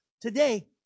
Today